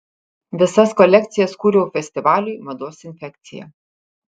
visas kolekcijas kūriau festivaliui mados infekcija